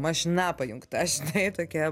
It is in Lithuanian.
mašina pajungta žinai tokia